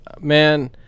man